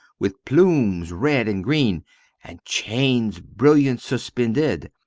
with plumes red and green and chains brilliant suspended,